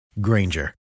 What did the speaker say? Granger